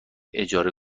اجاره